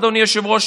אדוני היושב-ראש,